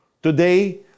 Today